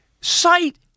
sight